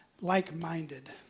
like-minded